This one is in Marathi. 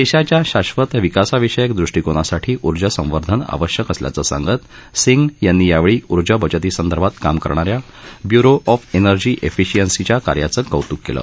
देशाच्या शाश्वत विकासाविषयक दृष्टीकोनासाठी उर्जासंवर्धन आवश्यक असल्याचं सांगत सिंग यांनी यावेळी उर्जा बचतीसंदर्भात काम करणा या ब्युरो ऑफ एनर्जी एफिशियंसीच्या कार्याचं कौतूक केलं